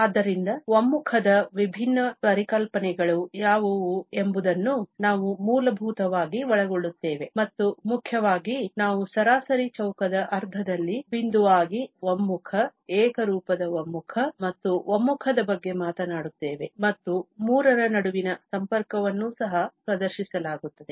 ಆದ್ದರಿಂದ ಒಮ್ಮುಖದ ವಿಭಿನ್ನ ಪರಿಕಲ್ಪನೆಗಳು ಯಾವುವು ಎಂಬುದನ್ನು ನಾವು ಮೂಲಭೂತವಾಗಿ ಒಳಗೊಳ್ಳುತ್ತೇವೆ ಮತ್ತು ಮುಖ್ಯವಾಗಿ ನಾವು ಸರಾಸರಿ ಚೌಕದ ಅರ್ಥದಲ್ಲಿ ಬಿಂದುವಾಗಿ ಒಮ್ಮುಖ ಏಕರೂಪದ ಒಮ್ಮುಖ ಮತ್ತು ಒಮ್ಮುಖದ ಬಗ್ಗೆ ಮಾತನಾಡುತ್ತೇವೆ ಮತ್ತು ಮೂರರ ನಡುವಿನ ಸಂಪರ್ಕವನ್ನು ಸಹ ಪ್ರದರ್ಶಿಸಲಾಗುತ್ತದೆ